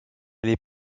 l’est